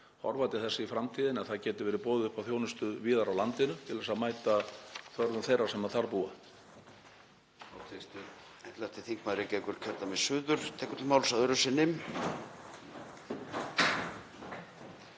horfa til þess í framtíðinni að það geti verið boðið upp á þjónustu víðar á landinu til að mæta þörfum þeirra sem þar búa.